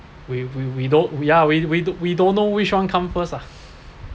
we we we don't we are we we we don't know which one come first ah